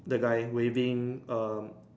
the guy waving um